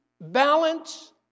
balance